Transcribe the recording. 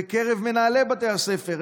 בקרב מנהלי בתי הספר.